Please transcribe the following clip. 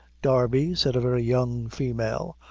darby, said a very young female,